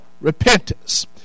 repentance